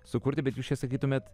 sukurti bet jūs čia sakytumėt